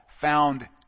found